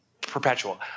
perpetual